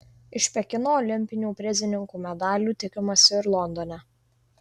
iš pekino olimpinių prizininkų medalių tikimasi ir londone